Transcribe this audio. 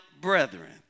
brethren